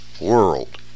world